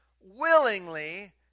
willingly